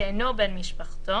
שאינו בן משפחתו,